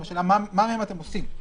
השאלה מה מהם אתם עושים.